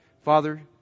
Father